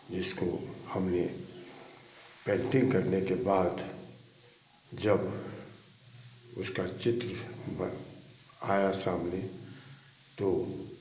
जिसको हम ने पेंटिंग करने के बाद जब उसका चित्र ब आया सामने तो